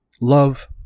love